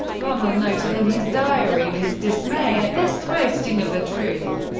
rommel noted in his diary his dismay at this twisting of the truth,